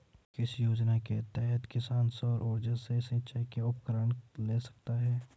किस योजना के तहत किसान सौर ऊर्जा से सिंचाई के उपकरण ले सकता है?